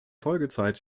folgezeit